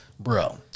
Bro